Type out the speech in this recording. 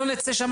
לא נצא משם